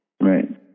right